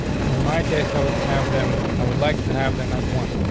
in my case, i would have them. i would like to have them as one.